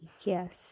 Yes